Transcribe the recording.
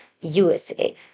USA